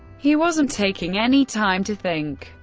he wasn't taking any time to think.